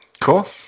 Cool